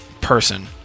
person